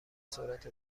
سرعت